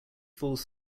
falls